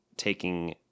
taking